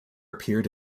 appeared